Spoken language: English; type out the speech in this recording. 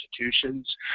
institutions